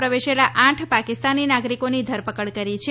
પ્રવેશેલા આઠ પાકિસ્તાની નાગરિકોની ધરપકડ કરી છે